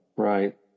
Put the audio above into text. Right